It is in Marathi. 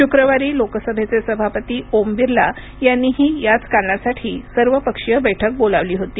शुक्रवारी लोकसभेचे सभापती ओम बिर्ला यांनीही याच कारणासाठी सर्वपक्षीय बैठक बोलावली होती